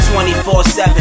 24-7